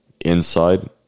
inside